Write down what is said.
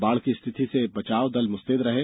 बाढ़ की स्थिति में बचाव दल मुस्तैद रहें